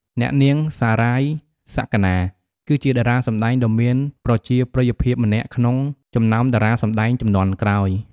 អ្នកនាង សារាយ សក្ខណា គឺជាតារាសម្តែងដ៏មានប្រជាប្រិយភាពម្នាក់ក្នុងចំណោមតារាសម្តែងជំនាន់ក្រោយ។